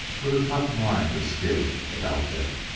with a tough rind of skin about them